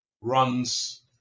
runs